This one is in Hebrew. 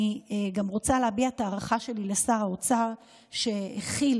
אני גם רוצה להביע את ההערכה שלי לשר האוצר על שהחיל